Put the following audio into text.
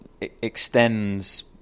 extends